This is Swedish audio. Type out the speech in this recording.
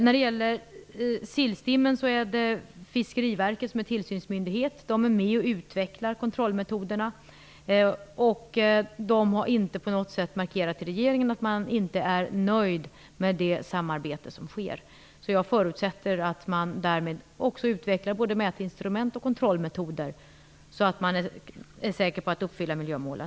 När det gäller sillstimmen är det Fiskeriverket som är tillsynsmyndighet. Det är med om att utveckla kontrollmetoderna, och det har inte på något sätt markerat till regeringen att man inte är nöjd med det samarbete som bedrivs. Jag förutsätter att man därmed också utvecklar både mätinstrument och kontrollmetoder, så att man är säker på att uppfylla miljömålen.